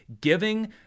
giving